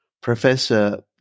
Professor